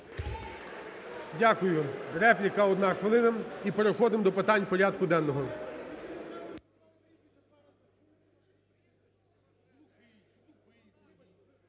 Дякую. Репліка, одна хвилина, і переходимо до питань порядку денного.